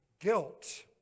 Guilt